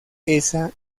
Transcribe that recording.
esa